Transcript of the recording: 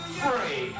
free